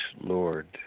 Lord